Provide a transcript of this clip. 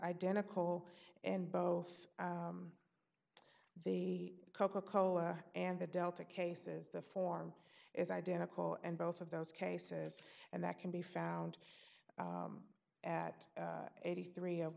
identical in both the coca cola and the delta cases the form is identical and both of those cases and that can be found at eighty three